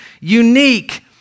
unique